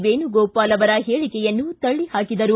ವೇಣುಗೋಪಾಲ ಅವರ ಹೇಳಿಕೆಯನ್ನು ತಳ್ಳಿ ಹಾಕಿದರು